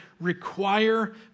require